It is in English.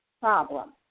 problem